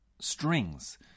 strings